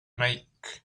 make